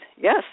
Yes